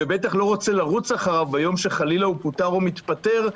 ובטח לא רוצה לרוץ אחריו ביום שהוא פוטר או מתפטר,